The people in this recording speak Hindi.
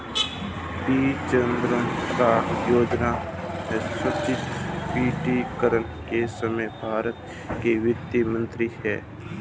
पी चिदंबरम आय योजना का स्वैच्छिक प्रकटीकरण के समय भारत के वित्त मंत्री थे